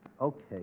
Okay